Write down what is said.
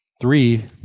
three